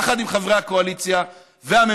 יחד עם חברי הקואליציה והממשלה,